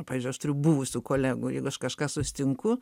pavyzdžiui aš turiu buvusių kolegų jeigu aš kažką susitinku